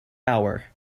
hour